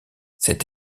cette